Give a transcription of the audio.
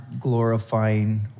glorifying